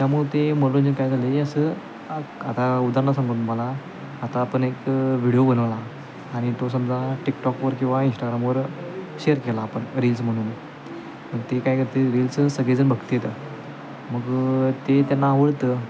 त्यामुळे ते मनोरंजन काय झालं आहे असं आता उदाहरणं सांगू तुम्हाला आता आपण एक व्हिडिओ बनवला आणि तो समजा टिकटॉकवर किंवा इंस्टाग्रामवर शेअर केला आपण रील्स म्हणून ते काय करते रील्सच सगळेजण बघतात मग ते त्यांना आवडतं